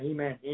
Amen